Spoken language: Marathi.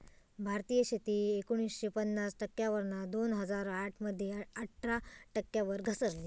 भारतीय शेती एकोणीसशे पन्नास टक्क्यांवरना दोन हजार आठ मध्ये अठरा टक्क्यांवर घसरली